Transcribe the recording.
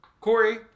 Corey